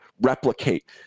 replicate